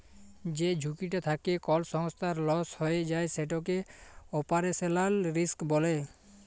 যে ঝুঁকিটা থ্যাকে কল সংস্থার লস হঁয়ে যায় সেটকে অপারেশলাল রিস্ক ব্যলে